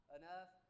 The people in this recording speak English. enough